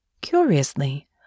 Curiously